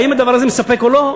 האם הדבר הזה מספק או לא?